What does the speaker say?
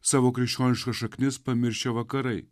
savo krikščioniškas šaknis pamiršę vakarai